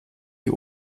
die